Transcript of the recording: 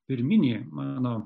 pirminį mano